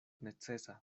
necesa